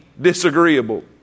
disagreeable